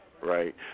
right